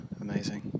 amazing